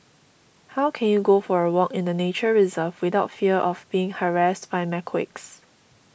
how can you go for a walk in a nature reserve without fear of being harassed by macaques